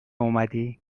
اومدی